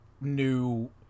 new